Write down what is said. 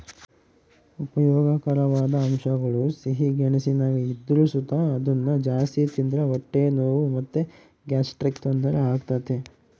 ಉಪಯೋಗಕಾರವಾದ ಅಂಶಗುಳು ಸಿಹಿ ಗೆಣಸಿನಾಗ ಇದ್ರು ಸುತ ಅದುನ್ನ ಜಾಸ್ತಿ ತಿಂದ್ರ ಹೊಟ್ಟೆ ನೋವು ಮತ್ತೆ ಗ್ಯಾಸ್ಟ್ರಿಕ್ ತೊಂದರೆ ಆಗ್ತತೆ